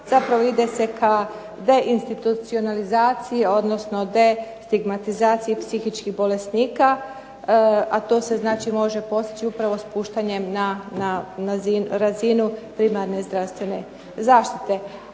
Zapravo ide se ka deinstitucionalizaciji, odnosno destigmatizaciji psihičkih bolesnika a to se znači može postići upravo spuštanjem na razinu primarne zdravstvene zaštite.